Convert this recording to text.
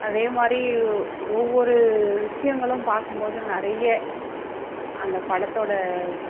அதே மாதிரி ஒவ்வொரு விஷயங்களும் பார்க்கும் போது நிறைய அந்த படத்தோட